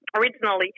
originally